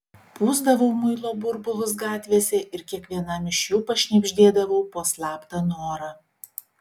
pūsdavau muilo burbulus gatvėse ir kiekvienam iš jų pašnibždėdavau po slaptą norą